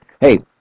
Hey